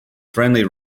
friendly